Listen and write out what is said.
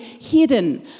hidden